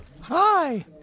hi